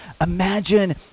imagine